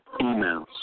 emails